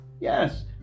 Yes